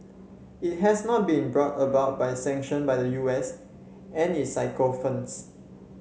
it has not been brought about by sanctions by the U S and its sycophants